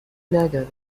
ندارد